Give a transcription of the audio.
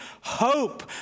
hope